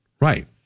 Right